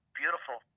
beautiful